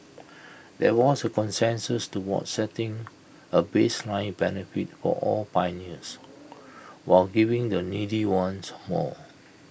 there was consensus towards setting A baseline benefit for all pioneers while giving the needy ones more